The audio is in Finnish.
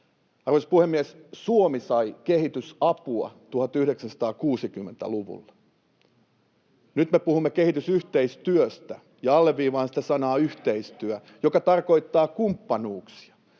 Arvoisa puhemies! Suomi sai kehitysapua 1960-luvulla. Nyt me puhumme kehitysyhteistyöstä, ja alleviivaan sitä sanaa ”yhteistyö”, joka tarkoittaa kumppanuuksia.